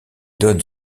donne